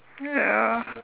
ya